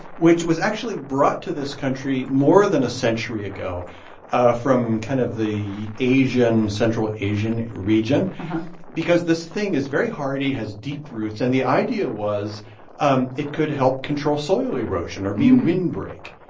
which was actually brought to this country more than a century ago ah from kind of the asian central asian region because this thing is very hardy, has deep roots, and the idea was um it could help control soil erosion or be a windbreak.